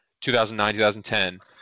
2009-2010